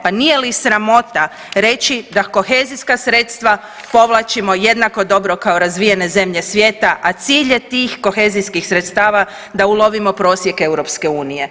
Pa nije li sramota reći da kohezijska sredstva povlačimo jednako dobro kao razvijene zemlje svijeta, a cilj je tih kohezijskih sredstava da ulovimo prosjek EU.